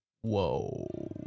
Whoa